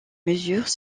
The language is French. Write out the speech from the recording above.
mesures